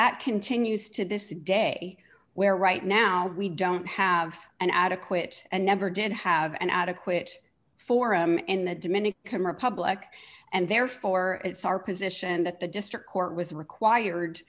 that continues to this day where right now we don't have an adequate and never did have an adequate forum in the dominican republic and therefore it's our position that the district court was required